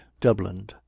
dublin